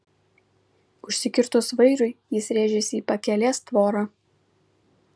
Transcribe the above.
užsikirtus vairui jis rėžėsi į pakelės tvorą